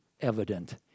evident